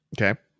Okay